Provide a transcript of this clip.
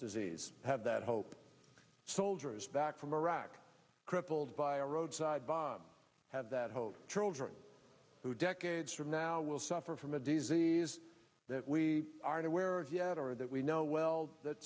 disease have that hope soldiers back from iraq killed by a roadside bomb have that hope children who decades from now will suffer from a disease that we aren't aware of yet or that we know well that